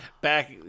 back